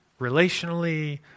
relationally